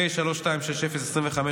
פ/3260/25,